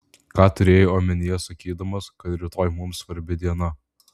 ką turėjai omenyje sakydamas kad rytoj mums svarbi diena